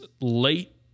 late